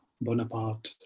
Bonaparte